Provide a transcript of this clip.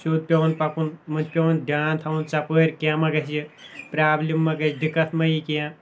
سیٚود پیاون پَکُن یِمن چھُ پیوان دیان تھاوُن ژۄپٲرۍ کیٚنٛہہ مہ گژھِ یہِ پرابلِم مہ گژھِ دِکت مہ یٖی کیٚنٛہہ